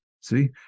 See